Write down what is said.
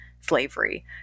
slavery